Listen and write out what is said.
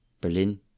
Berlin